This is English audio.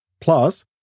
Plus